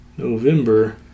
November